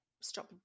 stop